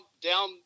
down